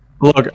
Look